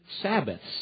Sabbaths